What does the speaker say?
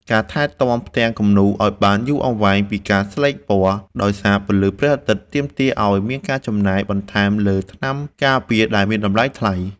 ការថែទាំផ្ទាំងគំនូរឱ្យបានយូរអង្វែងពីការស្លេកពណ៌ដោយសារពន្លឺព្រះអាទិត្យ ទាមទារឱ្យមានការចំណាយបន្ថែមលើថ្នាំការពារដែលមានតម្លៃថ្លៃ។